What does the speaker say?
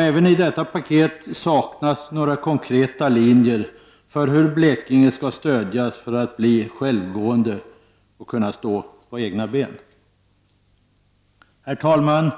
Även i detta paket saknas konkreta linjer för hur Blekinge skall stödjas för att bli självgående och kunna stå på egna ben. Herr talman!